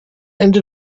ende